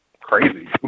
crazy